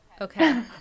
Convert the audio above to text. Okay